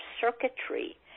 circuitry